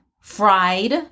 fried